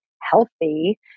healthy